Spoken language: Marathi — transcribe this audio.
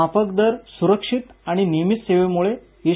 माफक दर सुरक्षित आणि नियमित सेवेमुळे एस